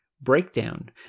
Breakdown